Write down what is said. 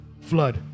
flood